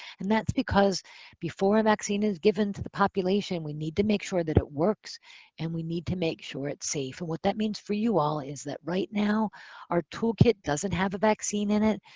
and that's because before a vaccine is given to the population, we need to make sure that it works and we need to make sure it's safe. and what that means for you all is that right now our toolkit doesn't have a vaccine in it.